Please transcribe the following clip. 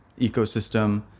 ecosystem